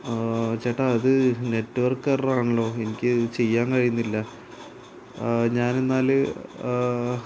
ചേട്ടാ അത് network error ആണല്ലോ എനിക്ക് ചെയ്യാൻ കഴിയുന്നില്ല ഞാനെന്നാല്